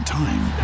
time